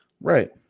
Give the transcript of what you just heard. Right